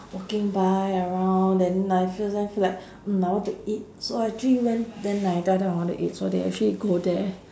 walking by around then I feel su~ feel like mm I want to eat so actually went then I tell them I want to eat so they actually go there